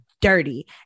dirty